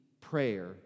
prayer